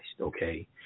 okay